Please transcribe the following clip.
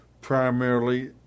primarily